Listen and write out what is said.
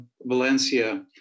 Valencia